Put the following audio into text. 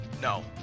No